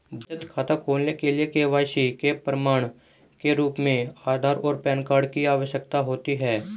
बचत खाता खोलने के लिए के.वाई.सी के प्रमाण के रूप में आधार और पैन कार्ड की आवश्यकता होती है